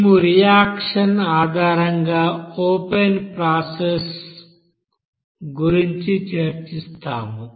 మేము ఆ రియాక్షన్ ఆధారంగా ఓపెన్ ప్రాసెస్ గురించి చర్చిస్తాము